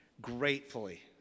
gratefully